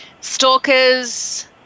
stalkers